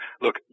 look